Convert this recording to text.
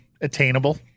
attainable